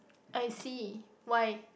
I see why